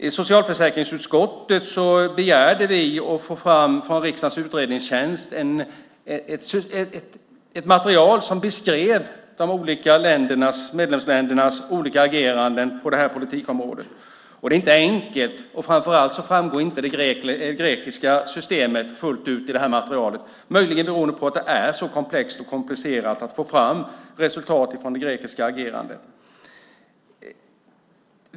I socialförsäkringsutskottet begärde vi att från riksdagens utredningstjänst få fram ett material som beskriver medlemsländernas olika ageranden på det här politikområdet. Det är inte enkelt. Framför allt framgår inte det grekiska systemet fullt ut i det här materialet, möjligen beroende på att det är så komplext och så komplicerat att få fram resultat som gäller det grekiska agerandet.